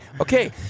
Okay